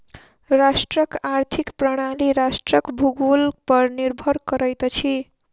राष्ट्रक आर्थिक प्रणाली राष्ट्रक भूगोल पर निर्भर करैत अछि